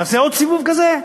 נעשה עוד סיבוב כזה?